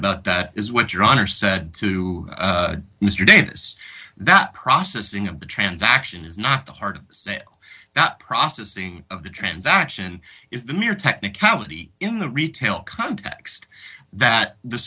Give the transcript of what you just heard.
about that is what your honor said to mr davis that processing of the transaction is not the hard processing of the transaction is the mere technicality in the retail context that the